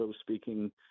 speaking